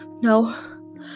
No